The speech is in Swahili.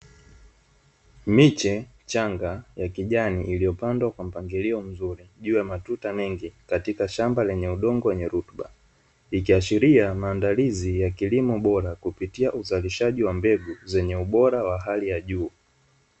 Miche michanga ya kijani iliyopandwa kwa mpangilio mzuri, juu ya matuta mengi katika shamba lenye udongo wenye rutuba, ikiashiria maandalizi ya kilimo bora kupitia uzalishaji wa mbegu zenye ubora wa hali ya juu.